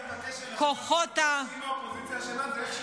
רק אני מבקש שיירשם בפרוטוקול שאם האופוזיציה אשמה,